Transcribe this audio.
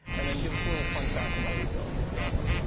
and then give us a little fun fact about yourselves if you have one.